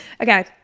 Okay